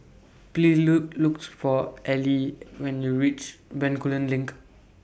Please Look looks For Aili when YOU REACH Bencoolen LINK